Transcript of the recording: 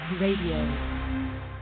Radio